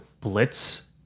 blitz